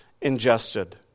ingested